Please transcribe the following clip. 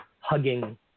hugging